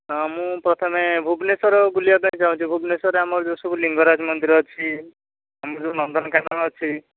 ମୁଁ ପ୍ରଥମେ ଭୁବନେଶ୍ୱର ବୁଲିବା ପାଇଁ ଚାହୁଁଛି ଭୁବନେଶ୍ୱରରେ ଆମର ଯେଉଁ ସବୁ ଲିଙ୍ଗରାଜ ମନ୍ଦିର ଅଛି ଆମର ଯେଉଁ ନନ୍ଦନକାନନ ଅଛି